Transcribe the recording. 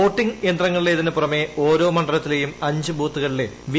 voting യന്ത്രങ്ങളിലേതിനു പുറമെ ഓരോ മണ്ഡലത്തിലെയും അഞ്ച് ബൂത്തുകളിലെ വി